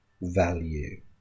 value